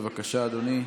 בבקשה, אדוני.